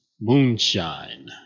Moonshine